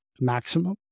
maximum